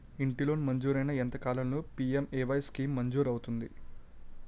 ఇంటి లోన్ మంజూరైన ఎంత కాలంలో పి.ఎం.ఎ.వై స్కీమ్ మంజూరు అవుతుంది?